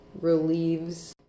relieves